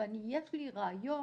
יש לי רעיון,